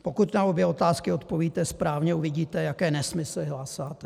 Pokud na obě otázky odpovíte správně, uvidíte, jaké nesmysly hlásáte.